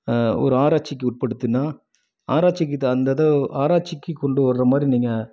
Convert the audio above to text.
ஒரு ஆராய்ச்சிக்கு உட்படுத்துனால் ஆராய்ச்சிக்கு தகுந்த இதை ஆராய்ச்சிக்கு கொண்டு வர்ற மாதிரி நீங்கள்